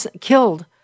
killed